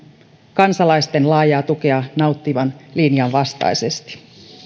kansalaisten laajaa tukea nauttivan linjan vastaisesti